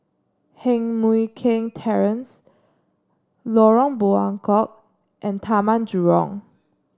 Heng Mui Keng Terrace Lorong Buangkok and Taman Jurong